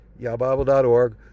yahbible.org